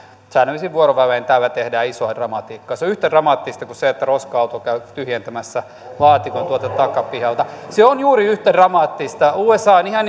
säännöllisin vuorovälein täällä tehdään isoa dramatiikkaa se on yhtä dramaattista kuin se että roska auto käy tyhjentämässä laatikon tuolta takapihalta se on juuri yhtä dramaattista usa on ihan